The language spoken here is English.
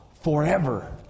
forever